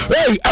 Hey